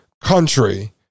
country